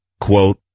quote